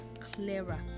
clearer